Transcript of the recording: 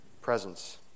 presence